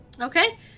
okay